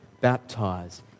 baptized